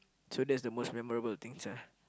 so that's the most memorable things ah